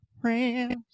friends